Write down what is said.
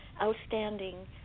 outstanding